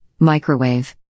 microwave